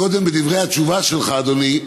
קודם, בדברי התשובה שלך, אדוני,